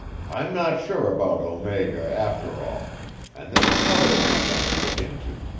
i'm not sure about omega, after all and there's another one i want to look into.